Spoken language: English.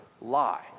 lie